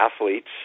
athletes